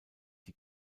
die